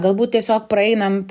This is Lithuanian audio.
galbūt tiesiog praeinant